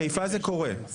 בחיפה זה קורה.